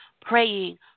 praying